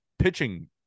pitching